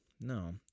No